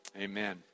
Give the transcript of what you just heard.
Amen